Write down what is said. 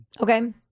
Okay